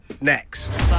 Next